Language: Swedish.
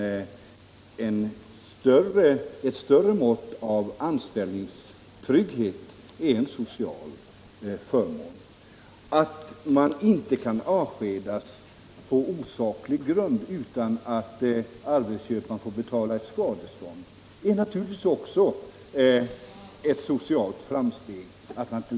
Jag anser att ett större mått av anställningstrygghet är en social förmån. Att man inte längre kan avskedas på osaklig grund utan att arbetsköparen får betala ett skadestånd är naturligtvis också ett socialt framsteg.